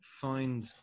find